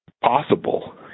possible